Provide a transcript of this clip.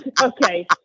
Okay